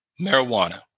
marijuana